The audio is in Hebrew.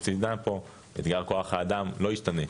ציינה פה: אתגר כוח האדם לא ישתנה.